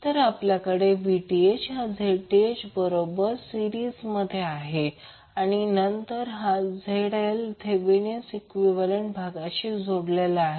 तर आपल्याकडे Vth हा Zth बरोबर मालिकेमध्ये आहे आणि नंतर हा ZL थेवेनीण इक्विवैलेन्ट भागाशी जोडलेला आहे